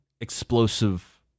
explosive